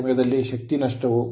ಆ ಸಮಯದಲ್ಲಿ ಶಕ್ತಿ ನಷ್ಟವು